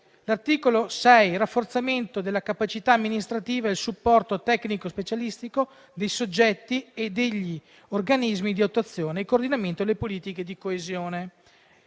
6 troviamo il rafforzamento della capacità amministrativa e il supporto tecnico specialistico dei soggetti e degli organismi di attuazione e coordinamento delle politiche di coesione.